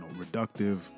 reductive